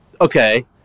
Okay